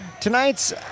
Tonight's